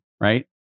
Right